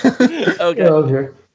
Okay